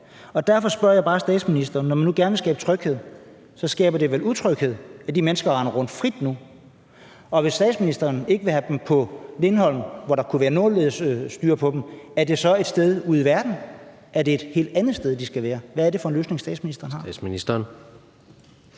op? Derfor spørger jeg bare statsministeren, for når man nu gerne vil skabe tryghed, skaber det vel utryghed, at de mennesker render frit rundt nu. Hvis statsministeren ikke vil have dem på Lindholm, hvor der kunne være nogenlunde styr på dem, er det så et sted ude i verden, er det et helt andet sted, de skal være? Hvad er det for en løsning, statsministeren har?